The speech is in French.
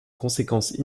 conséquence